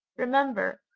remember,